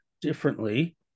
differently